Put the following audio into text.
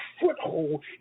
foothold